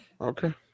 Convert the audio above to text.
Okay